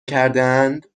کردهاند